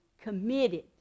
committed